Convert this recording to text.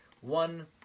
one